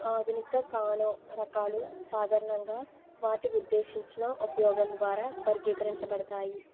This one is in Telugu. ఆధునిక కానో రకాలు సాధారణంగా వాటి ఉద్దేశించిన ఉపయోగం ద్వారా వర్గీకరించబడతాయి